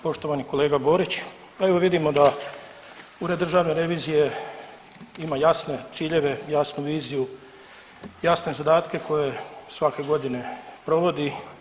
Poštovani kolega Borić, evo vidimo da Ured državne revizije ima jasne ciljeve, jasnu viziju, jasne zadatke koje svake godine provodi.